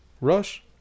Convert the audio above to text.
Rush